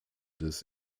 des